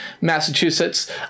massachusetts